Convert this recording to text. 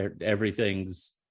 everything's